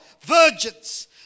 virgins